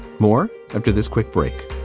more after this quick break